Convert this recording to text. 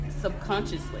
subconsciously